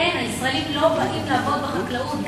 אין, הישראלים לא באים לעבוד בחקלאות.